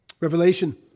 Revelation